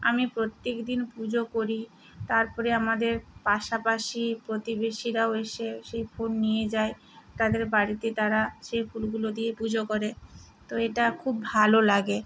আমি প্রত্যেক দিন পুজো করি তার পরে আমাদের পাশাপাশি প্রতিবেশীরাও এসে সেই ফুল নিয়ে যায় তাদের বাড়িতে তারা সেই ফুলগুলো দিয়ে পুজো করে তো এটা খুব ভালো লাগে